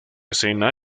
cena